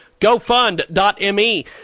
GoFund.me